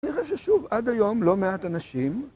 אני חושב ששוב, עד היום, לא מעט אנשים